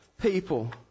people